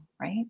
Right